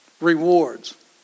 Rewards